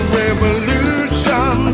revolution